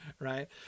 right